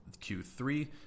Q3